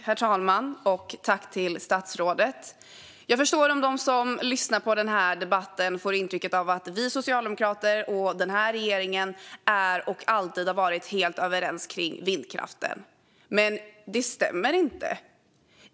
Herr talman! Jag förstår om de som lyssnar på denna debatt får intrycket att vi socialdemokrater och den här regeringen är och alltid har varit helt överens om vindkraften. Men det stämmer inte.